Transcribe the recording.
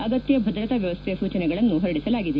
ಅಗತ್ಯ ಭದ್ರತಾ ವ್ಯವಸ್ಥೆ ಸೂಚನೆಗಳನ್ನು ಹೊರಡಿಸಲಾಗಿದೆ